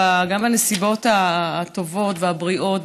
גם בנסיבות הטובות והבריאות,